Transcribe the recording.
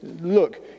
Look